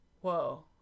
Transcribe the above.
whoa